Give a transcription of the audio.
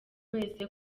wese